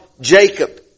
Jacob